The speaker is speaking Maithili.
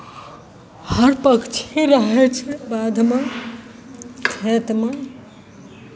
हर पक्षी रहै छै बाधमे खेतमे